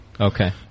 Okay